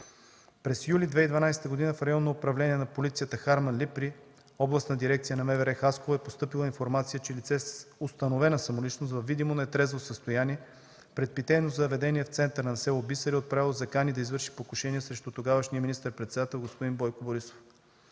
През юли 2012 г. в Районно управление на полицията – Харманли, при Областна дирекция на МВР – Хасково, е постъпила информация, че лице с установена самоличност, във видимо нетрезво състояние, пред питейно заведение в центъра на село Бисер е отправило закани да извърши покушение срещу тогавашния министър-председател Бойко Борисов.